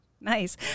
Nice